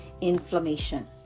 inflammation